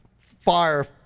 fire